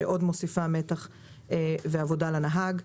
שעוד מוסיפה מתח ועבודה לנהג.